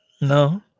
No